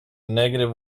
negative